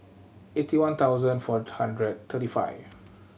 eighty one thousand four hundred thirty five